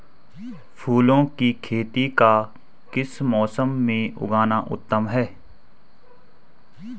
फूलों की खेती का किस मौसम में उगना उत्तम है?